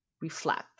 reflect